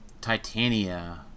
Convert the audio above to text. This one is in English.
Titania